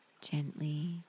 gently